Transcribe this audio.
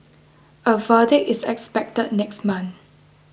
a verdict is expected next month